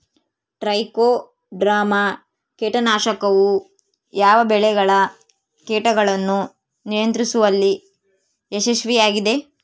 Trichoderma ಕೇಟನಾಶಕವು ಯಾವ ಬೆಳೆಗಳ ಕೇಟಗಳನ್ನು ನಿಯಂತ್ರಿಸುವಲ್ಲಿ ಯಶಸ್ವಿಯಾಗಿದೆ?